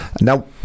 now